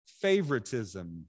favoritism